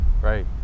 right